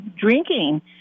drinking